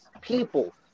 people